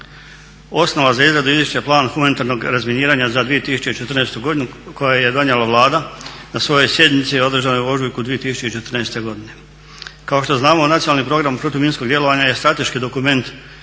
Osnova za izradu Izvješća o Planu humanitarnog razminiranja za 2014. godinu je donijela Vlada na svojoj sjednici održanoj u ožujku 2014. godine. Kao što znamo Nacionalni program protuminskog djelovanja je strateški dokument